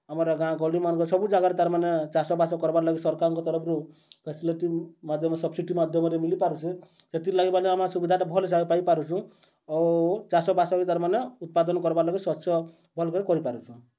ଆମର୍ ଗାଁ ଗହଳିମାନଙ୍କର୍ ସବୁ ଜାଗାରେ ତା'ର୍ମାନେ ଚାଷ୍ବାସ୍ କର୍ବାର୍ ଲାଗି ସରକାର୍ଙ୍କ ତରଫ୍ରୁ ଫେସିଲିଟି ମାଧ୍ୟମ୍ରେ ସବସିଡିଜ୍ ମାଧ୍ୟମରେ ମିଳିପାରୁଛେ ସେଥିର୍ ଲାଗି ବୋଲି ଆମେ ସୁବିଧାଟା ଭଲ୍ ହିସାବେ ପାଇପାରୁଛୁଁ ଆଉ ଚାଷବାସ ବି ତା'ର୍ମାନେ ଉତ୍ପାଦନ୍ କର୍ବାର୍ ଲାଗି ଶସ୍ୟ ଭଲ୍କରି କରିପାରୁଛୁଁ